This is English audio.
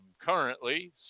currently